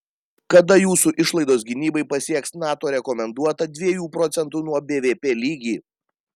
kada jūsų išlaidos gynybai pasieks nato rekomenduotą dviejų procentų nuo bvp lygį